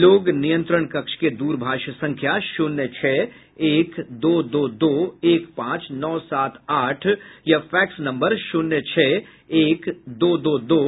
लोग नियंत्रण कक्ष के द्रभाष संख्या शून्य छह एक दो दो दो एक पांच नौ सात आठ या फैक्स नम्बर शून्य छह एक दो दो दो